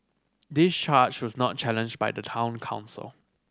this charge was not challenged by the Town Council